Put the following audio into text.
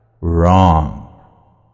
Wrong